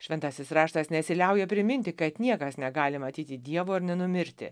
šventasis raštas nesiliauja priminti kad niekas negali matyti dievo ir nenumirti